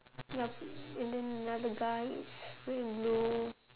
yup and then another guy is wearing blue